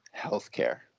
healthcare